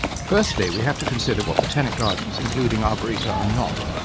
firstly we have to consider what botanic gardens, including arboreta, are not.